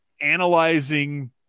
analyzing